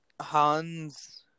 Hans